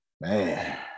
man